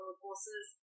courses